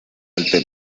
alto